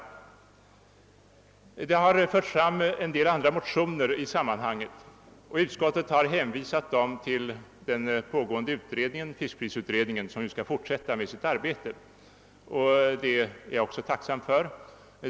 Vissa andra motioner har också framförts i sammanhanget och utskottet har hänvisat dem till den pågående fiskprisutredningen som nu skall fortsätta med sitt arbete, något som jag också är tacksam för.